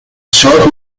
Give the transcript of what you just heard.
short